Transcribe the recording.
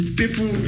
people